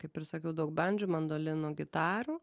kaip ir sakiau daug bandžų mandolinų gitarų